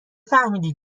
فهمیدی